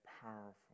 powerful